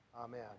Amen